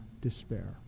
despair